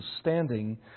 standing